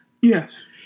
Yes